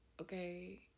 okay